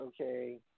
Okay